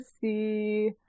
see